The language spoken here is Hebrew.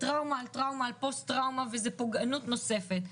זאת טראומה על טראומה על פוסט טראומה וזאת פוגענות נוספת.